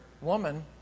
Woman